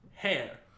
hair